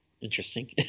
interesting